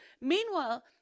meanwhile